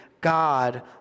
God